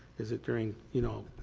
is it during you know